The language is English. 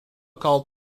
called